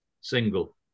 single